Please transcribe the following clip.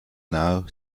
now